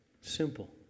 Simple